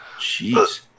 Jeez